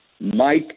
Mike